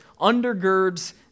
undergirds